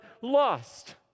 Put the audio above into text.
lost